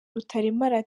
rutaremara